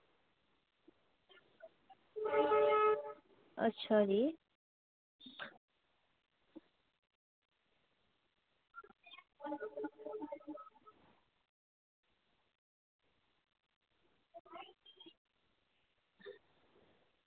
अच्छा जी